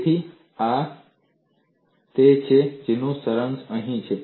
તેથી આ તે છે જેનો સારાંશ અહીં છે